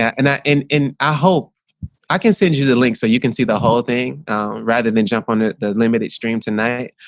and that and i hope i can send you the link so you can see the whole thing rather than jump on it the limited stream tonight,